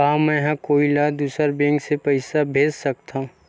का मेंहा कोई ला दूसर बैंक से पैसा भेज सकथव?